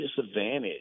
disadvantage